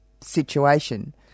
situation